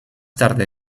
tarde